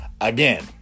again